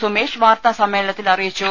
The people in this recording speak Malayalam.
സുമേഷ് വാർത്താ സമ്മേളനത്തിൽ അറിയിച്ചു